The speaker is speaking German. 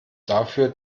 dafür